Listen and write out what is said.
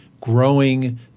growing